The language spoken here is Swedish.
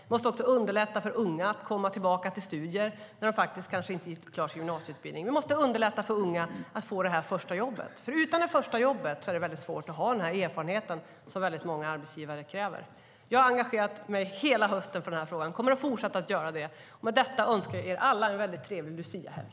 Vi måste också underlätta för unga att komma tillbaka till studier när de kanske inte har avslutat sin gymnasieutbildning. Vi måste underlätta för unga att få det första jobbet. Utan det första jobbet är det nämligen mycket svårt att ha den erfarenhet som många arbetsgivare kräver. Jag har engagerat mig hela hösten i denna fråga, och jag kommer att fortsätta att göra det. Med detta önskar jag er alla en mycket trevlig luciahelg.